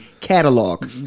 catalog